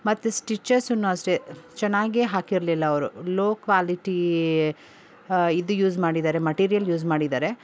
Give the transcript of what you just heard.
ಮತ್ತೆ ಸ್ಟಿಚಸ್ಸೂನು ಅಷ್ಟೆ ಚೆನ್ನಾಗೇ ಹಾಕಿರಲಿಲ್ಲ ಅವರು ಲೋ ಕ್ವಾಲಿಟಿ ಇದು ಯೂಸ್ ಮಾಡಿದ್ದಾರೆ ಮಟೀರಿಯಲ್ ಯೂಸ್ ಮಾಡಿದ್ದಾರೆ